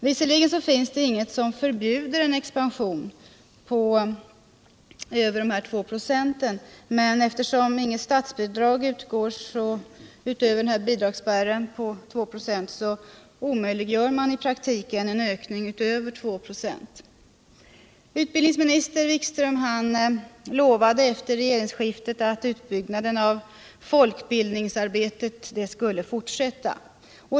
Visserligen finns det inget som förbjuder en expansion över 2 96, men eftersom inget statsbidrag utgår över bidragsärenden på 2 96 omöjliggörs i praktiken en ökning utöver dessa 2 96. Utbildningsminister Wikström lovade efter regeringsskiftet att utbyggnaden av folkbildningsarbetet skulle fortsätta.